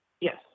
Yes